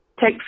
take